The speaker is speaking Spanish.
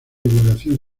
divulgación